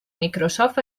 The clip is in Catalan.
microsoft